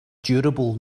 durable